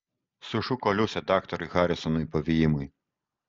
sušuko liusė daktarui harisonui pavymui